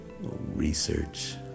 research